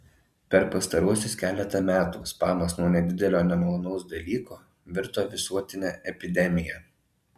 per pastaruosius keletą metų spamas nuo nedidelio nemalonaus dalyko virto visuotine epidemija